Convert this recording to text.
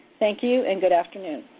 thank you and good afternoon.